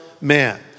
man